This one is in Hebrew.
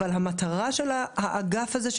אבל המטרה של האגף הזה,